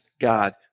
God